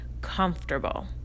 comfortable